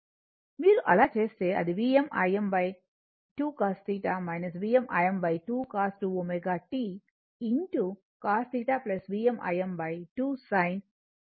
మీరు అలా చేస్తే అది Vm Im 2 cos θ Vm Im 2 cos 2 ω t cos θ Vm Im 2 sin 2 ω t sin θ